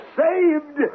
saved